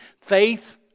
Faith